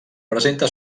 presenta